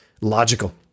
logical